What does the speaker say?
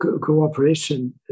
cooperation